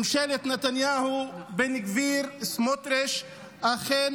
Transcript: ממשלת נתניהו, בן גביר וסמוטריץ', אכן